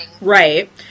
right